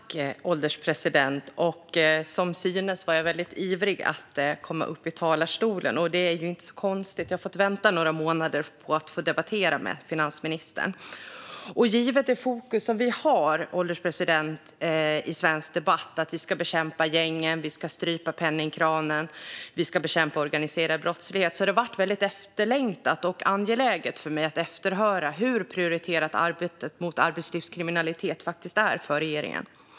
Fru ålderspresident! Som synes var jag väldigt ivrig att komma upp i talarstolen. Det är inte så konstigt eftersom jag har fått vänta några månader på att få debattera med finansministern. Givet det fokus vi har i svensk debatt, fru ålderspresident, på att vi ska bekämpa gängen, strypa penningkranen och bekämpa organiserad brottslighet har det varit väldigt efterlängtat och angeläget för mig att efterhöra hur prioriterat arbetet mot arbetslivskriminalitet är för regeringen.